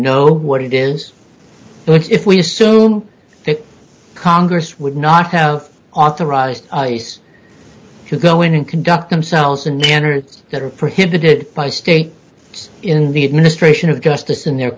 know what it is but if we assume congress would not have authorized this to go in and conduct themselves in a manner that are prohibited by state in the administration of justice in their